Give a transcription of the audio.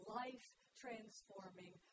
life-transforming